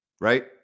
right